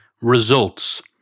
results